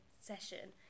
session